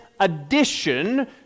addition